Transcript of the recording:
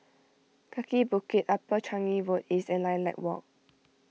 Kaki Bukit Upper Changi Road East and Lilac Walk